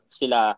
sila